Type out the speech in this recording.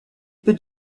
peu